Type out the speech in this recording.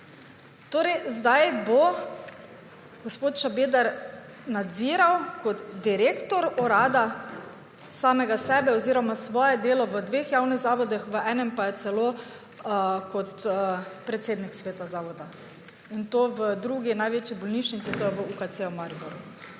Torej, zdaj bo gospod Šabeder nadziral kot direktor urada samega sebe oziroma svoje delo v dveh javnih zavodih, v enem pa je celo predsednik sveta zavoda, in to v drugi največji bolnišnici, v UKC Maribor.